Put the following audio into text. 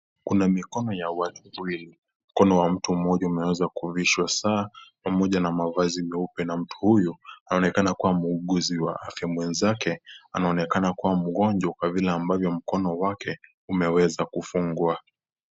Kuna mikono ya watu wawili, mkono wa mtu mmoja umeweza kuvishwa saa pamoja na mavazi meupe na mtu huyu anaonekana kuwa muuguzi wa afya mwenzake ananonekana kuwa mgonjwa kwa vile ambavyo mkono wake umeweza kufungwa.